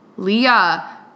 Leah